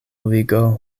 ligo